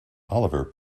oliver